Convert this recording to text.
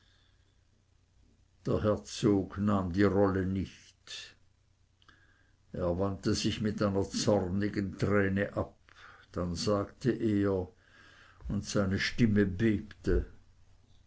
nahm die rolle nicht er wandte sich mit einer zornigen träne ab dann sagte er und seine stimme bebte